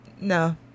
no